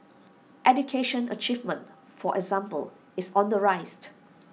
education achievement for example is on the